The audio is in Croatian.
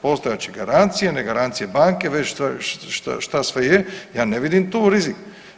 Postojat će garancija, ne garancija banke već šta sve je, ja ne vidim tu rizik.